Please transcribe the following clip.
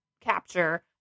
capture